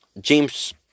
James